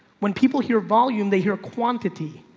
when people hear volume, they hear quantity.